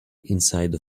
inside